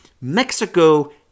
Mexico